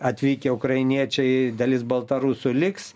atvykę ukrainiečiai dalis baltarusių liks